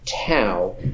tau